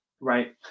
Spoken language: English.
right